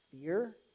fear